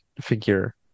figure